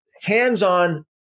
hands-on